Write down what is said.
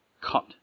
cut